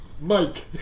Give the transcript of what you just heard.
Mike